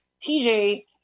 TJ